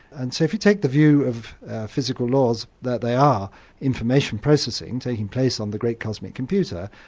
and so if you take the view of physical laws that they are information processing taking place on the great cosmic computer,